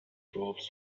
forbes